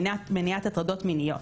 לראות?